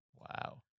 Wow